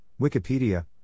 Wikipedia